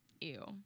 Ew